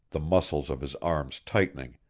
the muscles of his arms tightening,